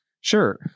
Sure